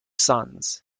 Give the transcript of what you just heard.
sons